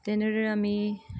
তেনেদৰে আমি